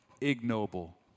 ignoble